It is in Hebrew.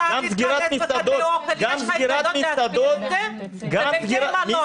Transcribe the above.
שם יש חדרי אוכל --- גם סגירת מסעדות --- בבתי מלון,